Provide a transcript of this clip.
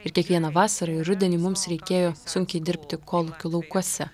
ir kiekvieną vasarą rudenį mums reikėjo sunkiai dirbti kolūkio laukuose